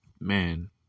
Man